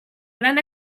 gran